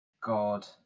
god